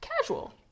casual